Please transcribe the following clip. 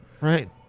right